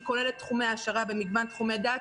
היא כוללת תחומי העשרה במגוון תחומי דעת,